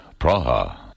Praha